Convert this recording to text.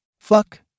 Fuck